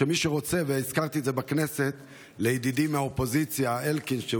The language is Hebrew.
והזכרתי את זה בכנסת לידידי אלקין מהאופוזיציה.